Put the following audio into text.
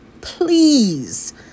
please